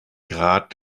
grad